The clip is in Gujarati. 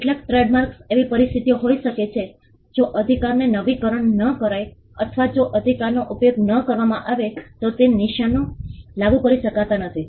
કેટલાક ટ્રેડમાર્ક્સ એવી પરિસ્થિતિઓ હોઈ શકે છે કે જો અધિકારને નવીકરણ ન કરાય અથવા જો અધિકારનો ઉપયોગ ન કરવામાં આવે તો તે નિશાનો લાગુ કરી શકાતા નથી